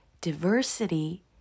diversity